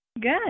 Good